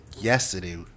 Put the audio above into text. yesterday